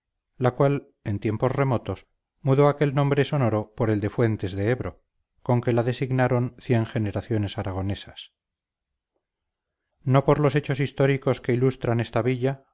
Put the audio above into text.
la cual en tiempos remotos mudó aquel nombre sonoro por el de fuentes de ebro con que la designaron cien generaciones aragonesas no por los hechos históricos que ilustran esta villa